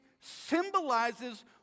symbolizes